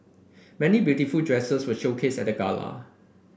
many beautiful dresses were showcased at the Gala